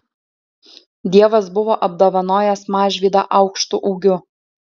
dievas buvo apdovanojęs mažvydą aukštu ūgiu